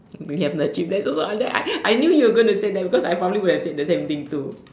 you have achieve that also I I knew you were going to say that because I probably would have said the same thing too